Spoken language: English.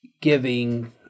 giving